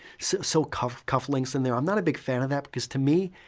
so so cuff cuff links in there. i'm not a big fan of that because to me,